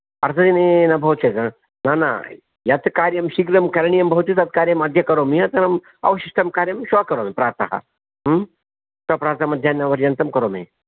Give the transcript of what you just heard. अर्धदिने न भवति चेत् न न यत् कार्यं शीघ्रं करणीयं भवति तत् कार्यं अद्य करोमि अवशिष्टं कार्यं श्वः करोमि प्रातः अस्तु श्वः प्रातः मध्याह्नपर्यन्तं करोमि